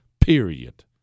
Period